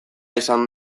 izan